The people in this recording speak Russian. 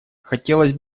хотелось